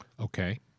Okay